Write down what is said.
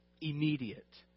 immediate